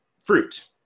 fruit